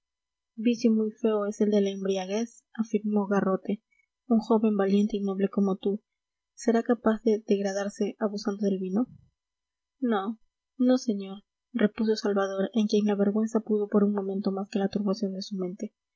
vicio muy feo es el de la embriaguez afirmó garrote un joven valiente y noble como tú será capaz de degradarse abusando del vino no no señor repuso salvador en quien la vergüenza pudo por un momento más que la turbación de su mente